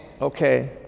Okay